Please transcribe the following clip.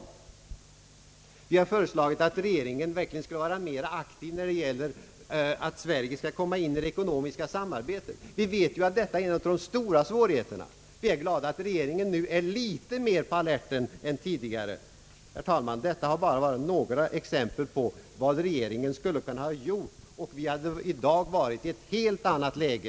Vi har vidare föreslagit att regeringen skall vara mera aktiv när det gäller Sveriges ansträngningar att komma in i den ekonomiska gemenskapen. Vi vet att detta är en av de största svårigheterna och att regeringen nu också är något mera aktiv än tidigare. Herr talman! Detta har bara varit några exempel på vad regeringen skulle ha kunnat göra. Om detta hade genomförts hade vi nu varit i ett helt annat läge.